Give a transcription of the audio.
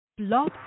Love